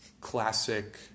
classic